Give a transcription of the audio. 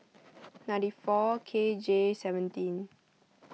ninety four K J seventeen